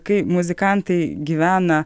kai muzikantai gyvena